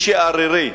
מי שערירי,